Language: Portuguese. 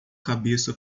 cabeça